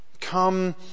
come